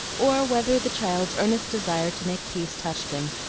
or whether the child's earnest desire to make peace touched him,